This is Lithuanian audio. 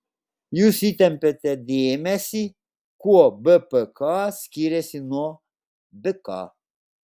jūs įtempiate dėmesį kuo bpk skiriasi nuo bk